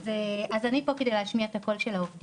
אז אני פה כדי להשמיע את הקול של העובדים,